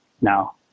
now